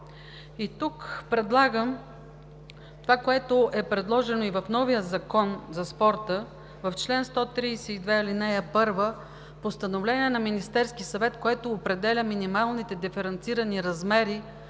Предлагам това, което е предложено и в новия закон за спорта в чл. 132, ал. 1 – постановление на Министерския съвет, което определя минималните диференцирани размери